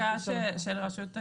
לפי בדיקה של רשות הרישום,